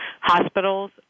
Hospitals